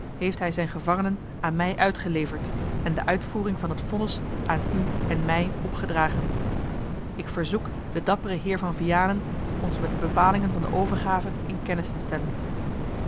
heeft hij zijne gevangenen aan mij uitgeleverd en de uitvoering van het vonnis aan u en mij opgedragen ik verzoek den dapperen heer van vianen ons met de bepalingen van de overgave in kennis te stellen